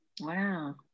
Wow